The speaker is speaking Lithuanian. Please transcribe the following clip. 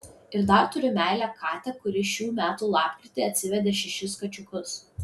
ir dar turiu meilią katę kuri šių metų lapkritį atsivedė šešis kačiukus